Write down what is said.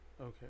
Okay